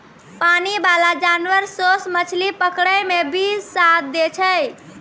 पानी बाला जानवर सोस मछली पकड़ै मे भी साथ दै छै